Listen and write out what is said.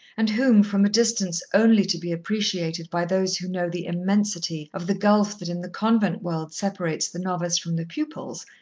and whom, from a distance only to be appreciated by those who know the immensity of the gulf that in the convent world separates the novice from the pupils,